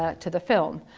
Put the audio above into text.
ah to the film.